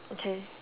okay